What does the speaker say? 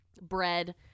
bread